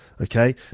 okay